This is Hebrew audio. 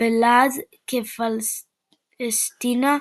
בלעז כפלשתינה,